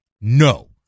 No